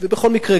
בכל מקרה,